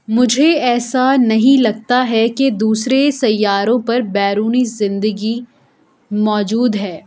مجھے ایسا نہیں لگتا ہے کہ دوسرے سیاروں پر بیرونی زندگی موجود ہے